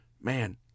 man